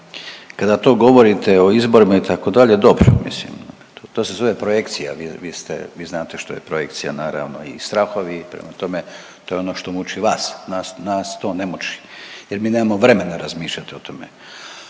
Kada to govorite o izborima itd. dobro mislim to se zove projekcija vi ste, vi znate što je projekcija naravno i strahovi prema tome to je ono što muči vas. Nas, nas to ne muči jer mi nemamo vremena razmišljati o tome.